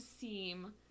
seem